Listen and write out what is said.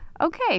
okay